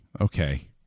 okay